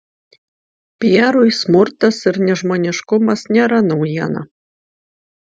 pierui smurtas ir nežmoniškumas nėra naujiena